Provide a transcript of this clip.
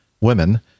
women